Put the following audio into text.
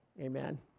Amen